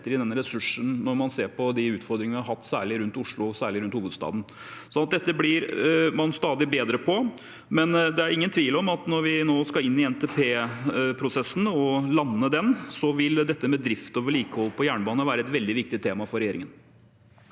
inn denne ressursen, når man ser på de utfordringene man har hatt, særlig rundt Oslo, særlig rundt hovedstaden. Dette blir man stadig bedre på, men det er ingen tvil om at når vi nå skal inn i NTP-prosessen og lande den, vil drift og vedlikehold av jernbane være et veldig viktig tema for regjeringen.